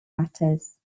matters